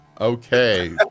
Okay